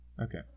Okay